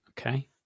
Okay